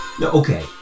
Okay